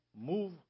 move